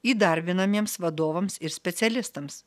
įdarbinamiems vadovams ir specialistams